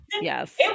Yes